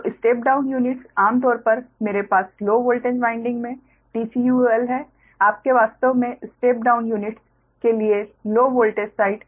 तो step down units आमतौर पर मेरे पास लो वोल्टेज वाइंडिंग में TCUL है आपके वास्तव में स्टेप डाउन यूनिट्स के लिए लो वोल्टेज साइड